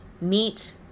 meet